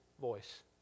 voice